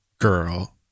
Girl